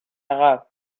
عقب